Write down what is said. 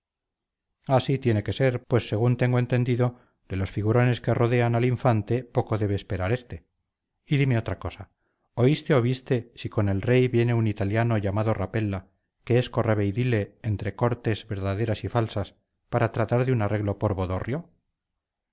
así tiene que ser pues según tengo entendido de los figurones que rodean al infante poco debe esperar este y dime otra cosa oíste o viste si con el rey viene un italiano llamado rapella que es el correveidile entre cortes verdaderas y falsas para tratar de un arreglo por bodorrio